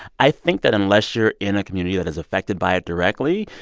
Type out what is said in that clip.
i think that unless you're in a community that is affected by it directly,